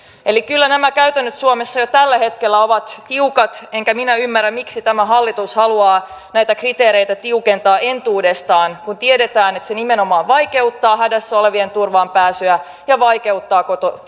eli kyllä nämä käytännöt suomessa jo tällä hetkellä ovat tiukat enkä minä ymmärrä miksi tämä hallitus haluaa näitä kriteereitä tiukentaa entuudestaan kun tiedetään että se nimenomaan vaikeuttaa hädässä olevien turvaan pääsyä ja vaikeuttaa